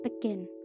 begin